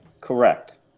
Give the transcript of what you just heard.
Correct